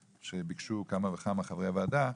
שביקשו כמה וכמה חברי הוועדה.